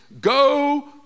go